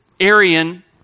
Aryan